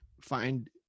find